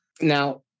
Now